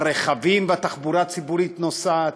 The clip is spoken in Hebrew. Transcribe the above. הרכבים והתחבורה הציבורית נוסעים.